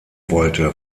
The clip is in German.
wollte